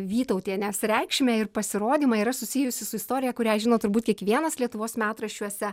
vytautienės reikšmę ir pasirodymą yra susijusi su istorija kurią žino turbūt kiekvienas lietuvos metraščiuose